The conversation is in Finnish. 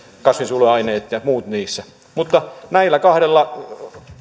kasvinsuojeluaineet ja muut mutta toivotaan että näillä kahdella